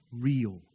real